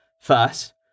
First